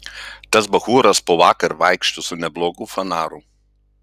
tas bachūras po vakar vaikšto su neblogu fanaru